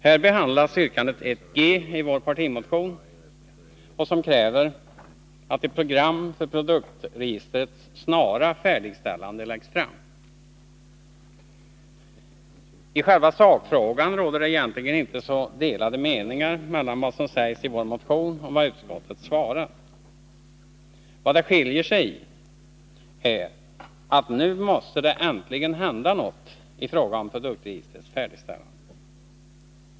Här behandlas yrkande 1 g i vår partimotion, där vi kräver att ett program för produktregistrets snara färdigställande skall läggas fram. I själva sakfrågan råder det egentligen inte så delade meningar mellan vad som sägs i vår motion och vad utskottet anför. Det som skiljer är att vi anser att det nu äntligen måste hända något i fråga om produktregistrets färdigställande.